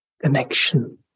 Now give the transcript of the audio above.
connection